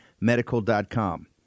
medical.com